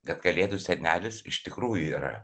kad kalėdų senelis iš tikrųjų yra